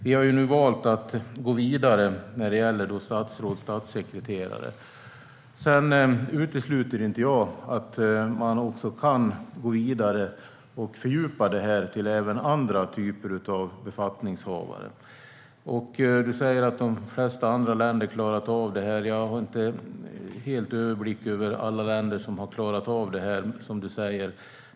Vi har nu valt att gå vidare när det gäller statsråd och statssekreterare. Jag utesluter inte att man kan gå vidare och utvidga detta till även andra typer av befattningshavare. Stig Henriksson säger att de flesta andra länder har klarat av detta. Jag har inte överblick över alla länder som han säger har klarat av detta.